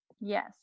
Yes